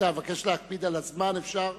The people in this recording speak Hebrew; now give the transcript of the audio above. רבותי, אני מבקש להקפיד על הזמן, אפשר